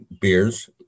beers